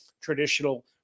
traditional